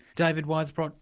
david weisbrot,